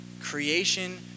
Creation